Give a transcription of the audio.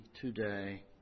today